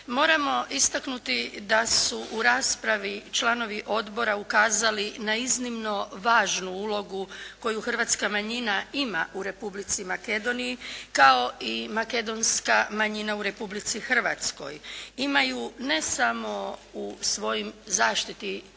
Moramo istaknuti da su u raspravi članovi Odbora ukazali na iznimno važnu ulogu koju hrvatska manjina ima u Republici Makedoniji, kao i makedonska manjina u Republici Hrvatskoj. Imaju, ne samo u svojoj zaštiti